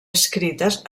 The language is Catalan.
escrites